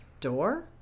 door